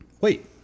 wait